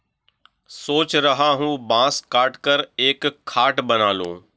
सोच रहा हूं बांस काटकर एक खाट बना लूं